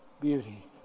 beauty